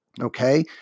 Okay